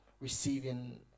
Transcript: receiving